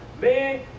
Man